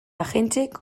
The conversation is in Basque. agentziek